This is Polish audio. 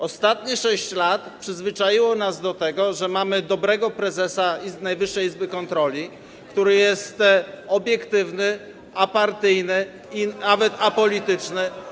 Ostatnie 6 lat przyzwyczaiło nas do tego, że mamy dobrego prezesa Najwyższej Izby Kontroli, który jest obiektywny, apartyjny i nawet apolityczny.